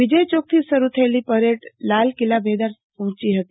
વિજય ચોકથી શરૂ થયેલી પરેડ લાલકિલ્લા મેદાન પહોંચી હતી